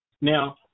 now